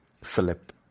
philip